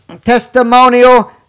testimonial